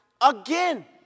again